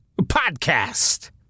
podcast